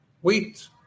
wheat